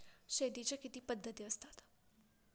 शेतीच्या किती पद्धती असतात?